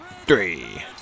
three